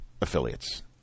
affiliates